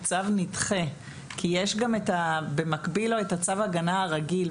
הוא צו נידחה כי יש גם במקביל לו את צו ההגנה הרגיל,